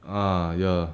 ah ya